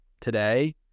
today